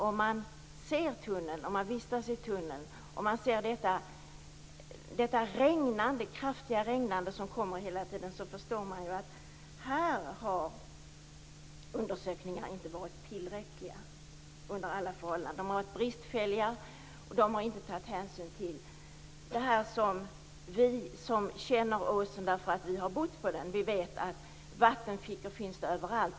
Om man vistas i tunneln och ser detta kraftiga regnande som pågår hela tiden förstår man att undersökningarna inte har varit tillräckliga här. De har varit bristfälliga, och de har inte tagit hänsyn till det som vi som känner åsen därför att vi har bott på den vet, nämligen att det finns vattenfickor överallt.